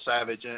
Savage